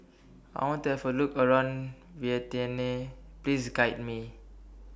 I want to Have A Look around Vientiane Please Guide Me